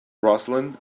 roslyn